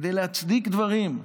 כדי להצדיק דברים,